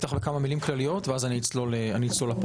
אפתח בכמה מילים כלליות ואז אצלול לפרטים.